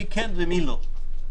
מי כן ומי לא.